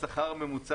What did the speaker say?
השכר הממוצע